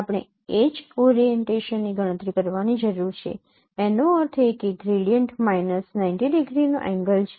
આપણે એડ્જ ઓરીએન્ટેશનની ગણતરી કરવાની જરૂર છે એનો અર્થ એ કે ગ્રેડિયન્ટ માઇનસ 90 ડિગ્રીનો એંગલ છે